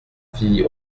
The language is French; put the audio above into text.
fille